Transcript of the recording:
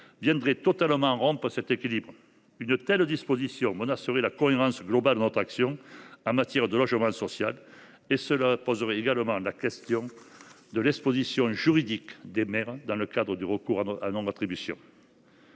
viendrait totalement rompre cet équilibre. Une telle disposition menacerait la cohérence globale de notre action en matière de logement social. Cela poserait également la question de l’exposition juridique des maires dans le cadre des recours pour non attribution.